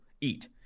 eat